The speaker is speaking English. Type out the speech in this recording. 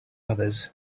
others